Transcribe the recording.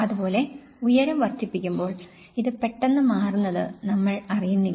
അതുപോലെ ഉയരം വർദ്ധിപ്പിക്കുമ്പോൾ ഇത് പെട്ടെന്ന് മാറുന്നത് നമ്മൾ അറിയുന്നില്ല